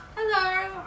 hello